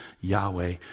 Yahweh